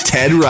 Ted